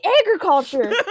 agriculture